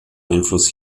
einfluss